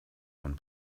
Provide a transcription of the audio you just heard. von